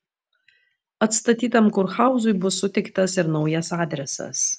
atstatytam kurhauzui bus suteiktas ir naujas adresas